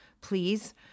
please